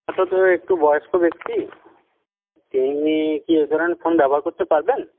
আসলে একটু বয়স্ক ব্যক্তি তিনি কি এই ধরণের ফোন ব্যবহার করতে পারবেন